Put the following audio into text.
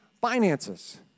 finances